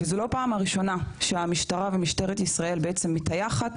וזו לא הפעם הראשונה שמשטרת ישראל בעצם מטייחת,